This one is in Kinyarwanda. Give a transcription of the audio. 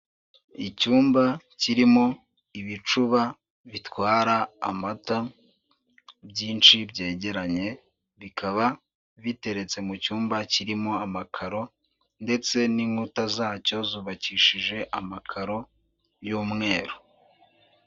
Icyumba kirimo ibicuba bitwara amata, byinshi byegeranye, bikaba biteretse mu cyumba kirimo amakaro, ndetse n'inkuta zacyo zubakishije amakaro y'umweru.